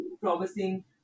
promising